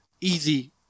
Easy